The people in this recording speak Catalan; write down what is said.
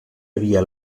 havia